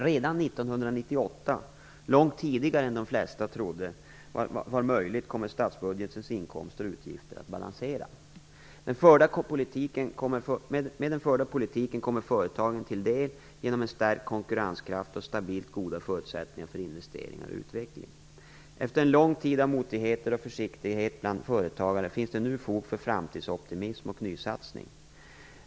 Redan 1998 - långt tidigare än de flesta trodde var möjligt - kommer statsbudgetens inkomster och utgifter att balansera varandra. Den förda politiken kommer företagen till del genom en stärkt konkurrenskraft och stabilt goda förutsättningar för investeringar och utveckling. Efter en lång tid av motigheter och försiktighet bland företagare finns det nu fog för framtidsoptimism och nysatsningar.